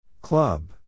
Club